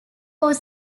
was